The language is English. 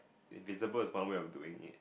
invisible is one way of doing it